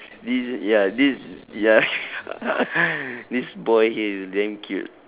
this ya this ya this boy here is damn cute